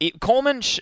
Coleman